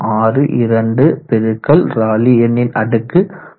062 பெருக்கல் ராலி எண்ணின் அடுக்கு 0